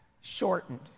shortened